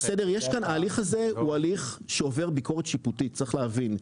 ההליך הזה הוא הליך שעובר ביקורת שיפוטית צריך להבין,